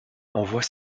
envoie